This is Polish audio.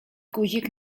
guzik